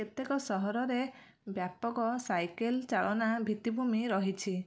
କେତେକ ସହରରେ ବ୍ୟାପକ ସାଇକେଲ୍ ଚାଳନା ଭିତ୍ତିଭୂମି ରହିଛି